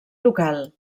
local